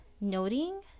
noting